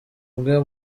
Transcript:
umwe